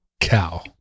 Cow